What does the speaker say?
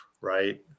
right